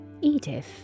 Edith